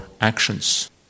actions